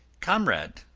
comrade,